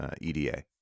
EDA